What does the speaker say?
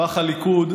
הפך הליכוד,